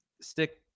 stick